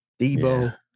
Debo